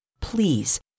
Please